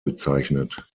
bezeichnet